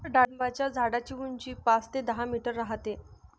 डाळिंबाच्या झाडाची उंची पाच ते दहा मीटर राहते